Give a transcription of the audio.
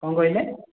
କ'ଣ କହିଲେ